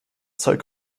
zeug